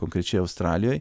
konkrečiai australijoj